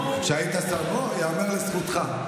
כשהיית שר, ייאמר לזכותך.